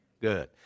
Good